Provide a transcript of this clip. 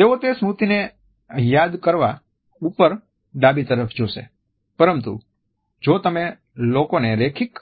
તેઓ તે સ્મૃતિને યાદ કરવા ઉપર ડાબી તરફ જોશે પરંતુ જો તમે લોકોને રૈખિક